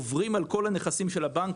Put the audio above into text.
עוברים על כל הנכסים של הבנק,